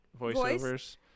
voiceovers